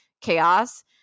chaos